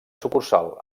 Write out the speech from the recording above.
sucursal